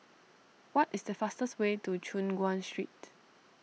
what is the fastest way to Choon Guan Street